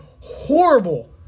horrible